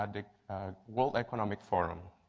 and world economic forum.